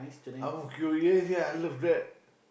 Ang-Mo-Kio yes yes I love that